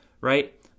right